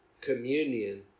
communion